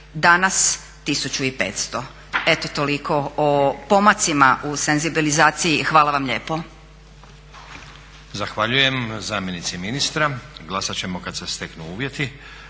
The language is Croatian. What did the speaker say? danas 1500. Eto toliko o pomacima u senzibilizaciji. Hvala vam lijepo.